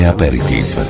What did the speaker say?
Aperitif